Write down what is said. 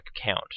account